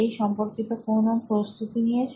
এই সম্পর্কিত কোন প্রস্তুতি নিয়েছেন